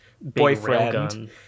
boyfriend